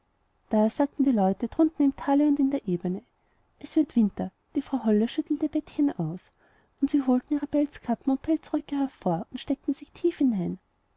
da sagten die leute drunten im tale und in der ebene es wird winter die frau holle schüttelt ihr bettchen aus und sie holten die pelzkappen und pelzröcke hervor und steckten sich tief hinein